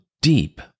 deep